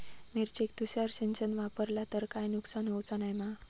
मिरचेक तुषार सिंचन वापरला तर काय नुकसान होऊचा नाय मा?